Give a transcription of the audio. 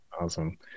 Awesome